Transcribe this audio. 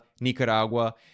Nicaragua